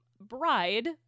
bride